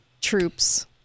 troops